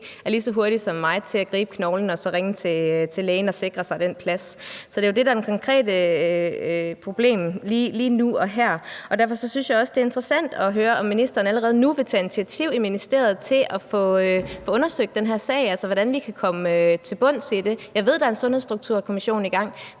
er lige så hurtig som mig til at gribe knoglen og ringe til lægen og sikre sig den plads. Så det er jo det, der er det konkrete problem lige nu og her. Og derfor synes jeg også, det er interessant at høre, om ministeren allerede nu vil tage initiativ i ministeriet til at få undersøgt den her sag, altså hvordan vi kan komme til bunds i det. Jeg ved, at der er en Sundhedsstrukturkommission i gang,